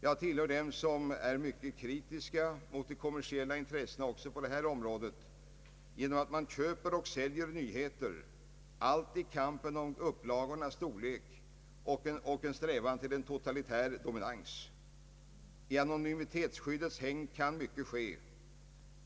Jag tillhör dem som är mycket kritiska mot de kommersiella intressena också på detta område — genom att man köper och säljer nyheter — allt i kampen om upplagornas storlek och strävan till en totalitär dominans. I anonymitetsskyddets hägn kan mycket ske.